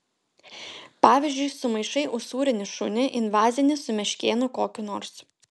pavyzdžiui sumaišai usūrinį šunį invazinį su meškėnu kokiu nors